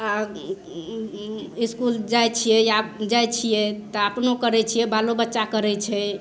आ ओ इसकुल जाइ छियै आ जाइ छियै कनि टा अपनो करै छियै बालो बच्चा करै छै